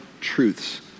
truths